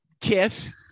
Kiss